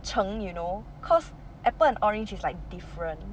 橙 you know cause apple and orange is like different